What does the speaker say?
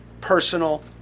personal